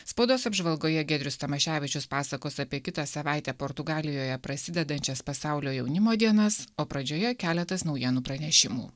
spaudos apžvalgoje giedrius tamaševičius pasakos apie kitą savaitę portugalijoje prasidedančias pasaulio jaunimo dienas o pradžioje keletas naujienų pranešimų